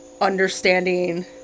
understanding